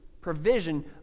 Provision